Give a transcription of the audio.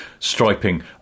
striping